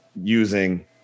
using